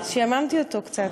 שעממתי אותו קצת.